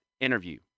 interview